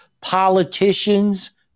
politicians